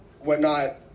whatnot